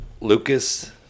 lucas